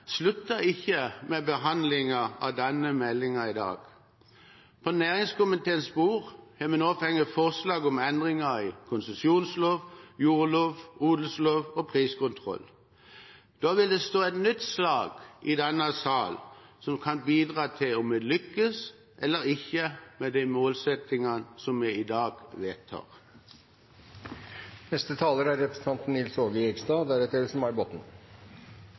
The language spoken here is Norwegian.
slutter ikke med behandlingen av denne meldingen i dag. På næringskomiteens bord har vi nå fått forslag om endringer i konsesjonslov, jordlov, odelslov og priskontroll. Da vil det stå et nytt slag i denne sal som kan bidra til om vi lykkes eller ikke med de målsettingene som vi i dag vedtar. Jordbruksmeldingen handler om framtiden for både utøverne og næringen. Her skal en trekke opp kursen framover. Bakgrunnen for meldingen er